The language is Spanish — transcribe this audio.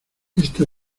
esta